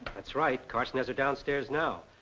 that's right. carson has her downstairs now.